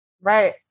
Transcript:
Right